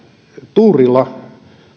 tuurilla